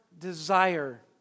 Desire